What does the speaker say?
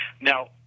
Now